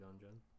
Dungeon